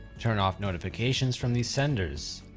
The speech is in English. turn off notifications from these senders,